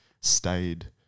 stayed